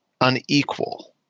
unequal